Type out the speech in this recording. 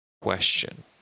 Question